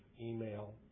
email